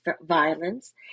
violence